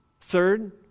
Third